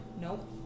Nope